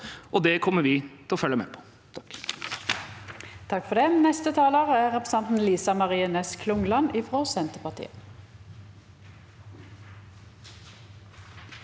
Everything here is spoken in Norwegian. det kommer vi til å følge med på.